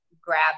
grab